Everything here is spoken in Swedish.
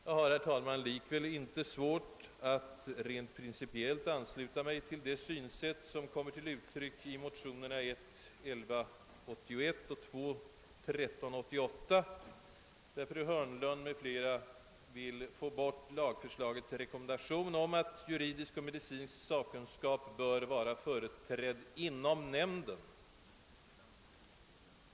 Jag har, herr talman, likväl inte svårt att rent principiellt ansluta mig till de synsätt som kommer till uttryck i motionerna I: 1181 och II: 1388, där fru Hörnlund m.fl. vill få bort lagförslagets rekommendation om att juridisk och medicinsk sakkunskap bör vara företrädd inom nämnden.